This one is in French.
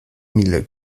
mille